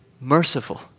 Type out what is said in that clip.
merciful